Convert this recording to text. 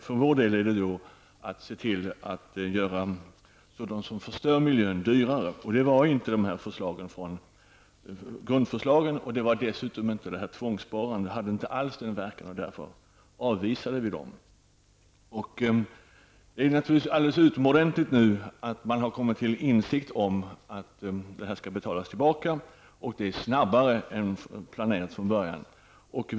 För vår del innebär det att se till att göra sådant som förstör miljön dyrare. Sådana var inte grundförslagen, och tvångssparandet har inte alls den verkan. Därför avvisade vi det förslaget. Det är naturligtvis alldeles utomordentligt att man nu har kommit till insikt om att de här medlen skall betalas tillbaka, och det snabbare än vad som från början planerades.